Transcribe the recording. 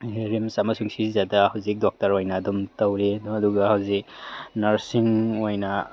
ꯔꯤꯝꯁ ꯑꯃꯁꯨꯡ ꯁꯤꯖꯗ ꯍꯧꯖꯤꯛ ꯗꯣꯛꯇꯔ ꯑꯣꯏꯅ ꯑꯗꯨꯝ ꯇꯧꯔꯤ ꯑꯗꯨꯝ ꯑꯗꯨꯒ ꯍꯧꯖꯤꯛ ꯅꯔꯁꯁꯤꯡ ꯑꯣꯏꯅ